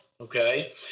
Okay